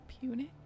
Punic